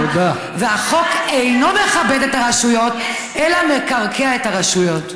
והחוק אינו מכבד את הרשויות אלא מקרקע את הרשויות.